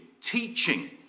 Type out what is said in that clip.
teaching